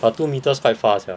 but two metres quite far sia